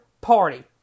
party